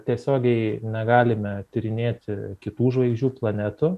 tiesiogiai negalime tyrinėti kitų žvaigždžių planetų